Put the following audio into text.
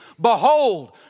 behold